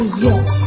yes